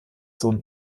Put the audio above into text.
sohn